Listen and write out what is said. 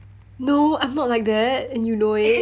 no I'm not like that and you know it